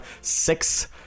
Six